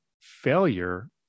failure